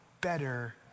better